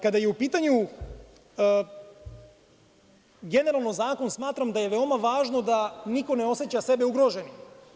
Kada je u pitanju generalno zakon smatram da je veoma važno da niko ne oseća sebe ugroženim.